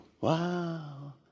Wow